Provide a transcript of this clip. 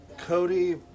Cody